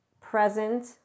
present